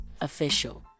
official